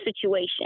situation